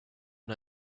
and